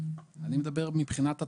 אני מדבר מבחינת התקציבים.